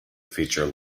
feature